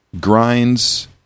grinds